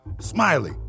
Smiley